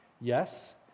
yes